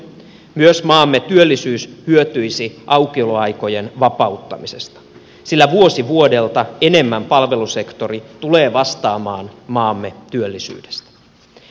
myös maamme työllisyys hyötyisi aukioloaikojen vapauttamisesta sillä palvelusektori tulee vastaamaan maamme työllisyydestä vuosi vuodelta enemmän